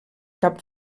cap